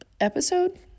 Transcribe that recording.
episode